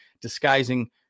disguising